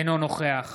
אינו נוכח